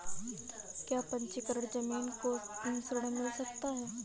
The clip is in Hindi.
क्या पंजीकरण ज़मीन पर ऋण मिल सकता है?